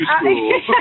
school